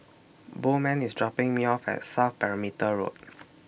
Bowman IS dropping Me off At South Perimeter Road